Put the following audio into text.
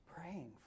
praying